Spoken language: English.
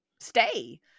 stay